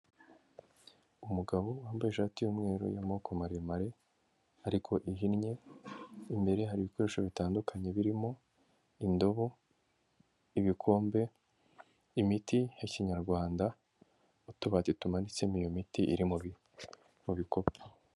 Umugabo wambaye ishati y'umweru y'amoko maremare ariko ihinnye. Imbere hari ibikoresho bitandukanye birimo indobo, ibikombe, imiti ya kinyarwanda, utubati tumanitsemo iyo miti iri mu mubikopo.